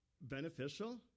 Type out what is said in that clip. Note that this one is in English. beneficial